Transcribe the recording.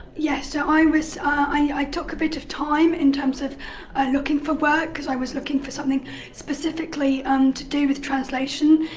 yes, so i was i took a bit of time in terms of looking for work because i was looking for something specifically um to do with translation,